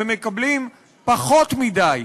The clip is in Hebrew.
ומקבלים פחות מדי,